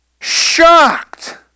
shocked